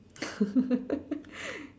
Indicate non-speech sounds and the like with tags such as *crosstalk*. *laughs*